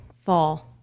fall